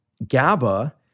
GABA